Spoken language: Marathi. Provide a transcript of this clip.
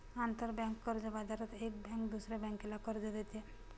आंतरबँक कर्ज बाजारात एक बँक दुसऱ्या बँकेला कर्ज देते